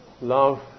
love